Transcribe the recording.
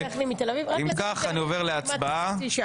אם כך, אני עובר להצבעה.